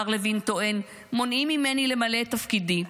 השר לוין טוען: מונעים ממני למלא את תפקידי.